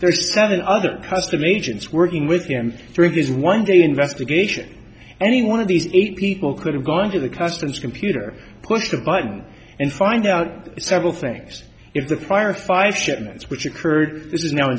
seven other custom agents working with him during his one day investigation any one of these eight people could have gone to the customs computer push the button and find out several things if the fire five shipments which occurred this is now in